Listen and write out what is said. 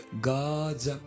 God's